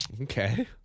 Okay